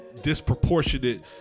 disproportionate